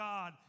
God